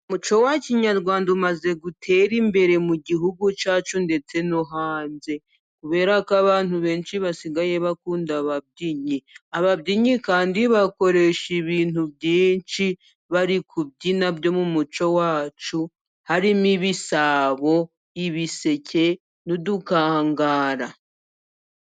Umuco wa kinyarwanda umaze gutera imbere mu gihugu cyacu ndetse no hanze, kubera ko abantu benshi basigaye bakunda ababyinnyi, kandi bakoresha ibintu byinshi bari kubyina byo mu muco wacu harimo: ibisabo ,y'ibiseke n'udukangara.